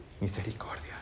misericordia